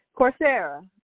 Coursera